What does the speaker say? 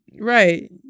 Right